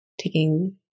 taking